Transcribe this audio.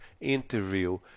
interview